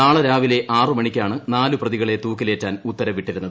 നാളെ രാവിലെ ആറ് മണിക്കാണ് നാല് പ്രതികളെ തൂക്കിലേറ്റാൻ ഉത്തരവിട്ടിരുന്നത്